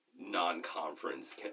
non-conference